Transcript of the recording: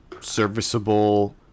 serviceable